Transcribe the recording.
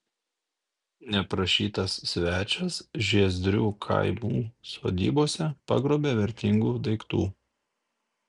neprašytas svečias žiezdrių kaimų sodybose pagrobė vertingų daiktų